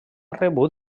rebut